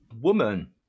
woman